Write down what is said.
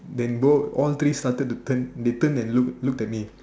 then both all three started to turn they turn and look look at me